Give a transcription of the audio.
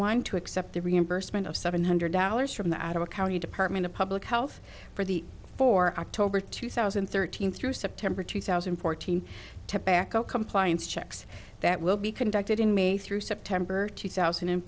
one to accept the reimbursement of seven hundred dollars from the adult county department of public health for the four october two thousand and thirteen through september two thousand and fourteen tobacco compliance checks that will be conducted in may through september two thousand and